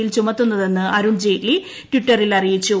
യിൽ ചുമത്തുന്നതെന്ന് അരുൺ ജയ്റ്റ്ലി ട്വിറ്ററിൽ ആറിയിച്ചു